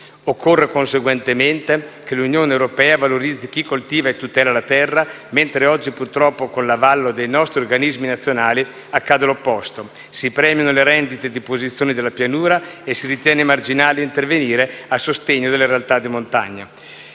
Occorre, conseguentemente, che l'Unione europea valorizzi chi coltiva e tutela la terra, mentre oggi, purtroppo con 1'avallo dei nostri organismi nazionali, accade l'opposto: si premiano le rendite di posizione della pianura e si ritiene marginale intervenire a sostegno delle realtà di montagna.